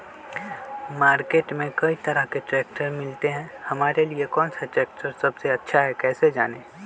Market में कई तरह के ट्रैक्टर मिलते हैं हमारे लिए कौन सा ट्रैक्टर सबसे अच्छा है कैसे जाने?